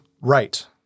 Right